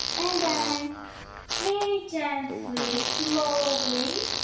and then very gently slowly